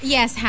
Yes